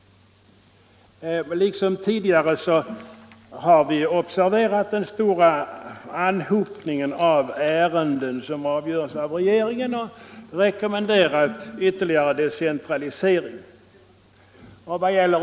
Liksom tidigare har vi observerat den stora anhopningen av ärenden som avgörs av regeringen och rekommenderat ytterligare decentralisering.